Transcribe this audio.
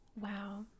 wow